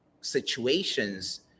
situations